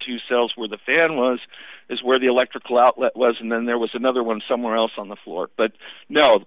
two cells where the fan was is where the electrical outlet was and then there was another one somewhere else on the floor but no